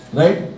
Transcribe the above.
right